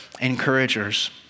encouragers